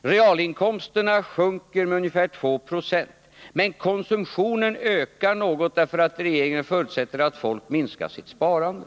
Realinkomsterna sjunker med ungefär 2 90. Men konsumtionen ökar något, därför att regeringen förutsätter att folk minskar sitt sparande.